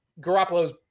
Garoppolo's